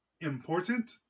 Important